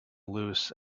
loose